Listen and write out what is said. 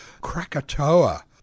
Krakatoa